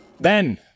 Ben